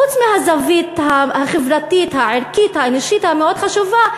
חוץ מהזווית החברתית הערכית האנושית המאוד חשובה,